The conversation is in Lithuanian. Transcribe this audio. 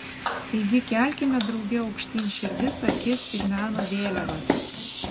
taigi kelkime drauge aukštyn širdis akis ir meno vėliavas